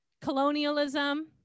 Colonialism